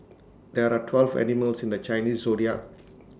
there are twelve animals in the Chinese Zodiac